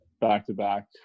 back-to-back